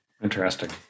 Interesting